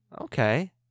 Okay